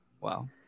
Wow